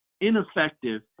ineffective